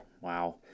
Wow